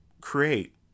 create